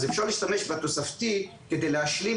אז אפשר להשתמש בתוספתי על מנת להשלים